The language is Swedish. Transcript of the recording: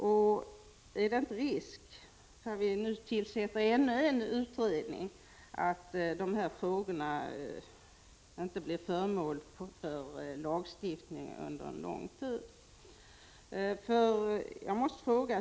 Om man nu tillsätter ytterligare en utredning, är det då inte risk för att:de här frågorna inte blir föremål för lagstiftning under en lång tid?